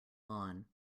lawn